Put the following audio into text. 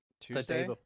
tuesday